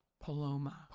Paloma